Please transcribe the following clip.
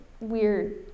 weird